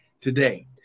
today